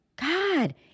God